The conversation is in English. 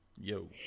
Yo